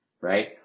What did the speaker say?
Right